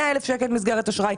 100 אלף שקלים מסגרת אשראי,